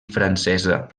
francesa